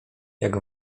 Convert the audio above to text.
jak